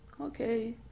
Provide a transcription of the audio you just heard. Okay